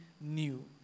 new